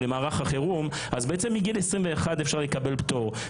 או מערך החירום אז בעצם מגיל 21 אפשר לקבל פטור.